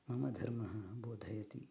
मम धर्मः बोधयति